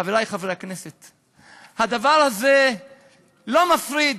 חברי חברי הכנסת, הדבר הזה לא מפריד.